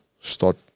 start